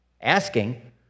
asking